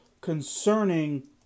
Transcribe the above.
concerning